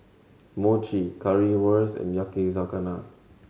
Mochi Currywurst and Yakizakana